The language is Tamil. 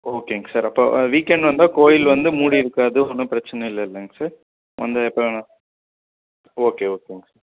ஓகேங்க சார் அப்போ வீக் எண்டு வந்தா கோயில் வந்து மூடிருக்காது ஒன்றும் பிரச்சனை இல்லலைங்க சார் வந்து எப்போ வேணா ஓகே ஓகேங்க சார்